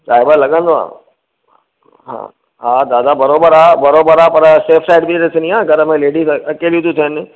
time त लॻंदो आहे हा हा दादा बराबरि आहे बराबरि आहे पर सेफ साइड बि ॾिसिणी आहे घर में लेडिज़ अकेलियूं थी थियनि